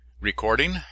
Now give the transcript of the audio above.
Recording